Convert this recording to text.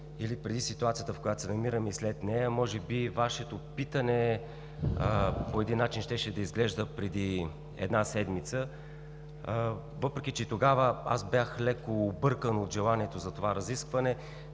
или преди ситуацията, в която се намираме, и след нея. Може би Вашето питане по един начин щеше да изглежда преди една седмица, въпреки че тогава аз бях леко объркан от желанието за това разискване,